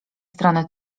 strony